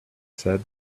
said